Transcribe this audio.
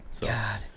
God